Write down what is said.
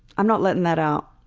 i'm not letting that out.